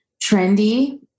trendy